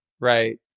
right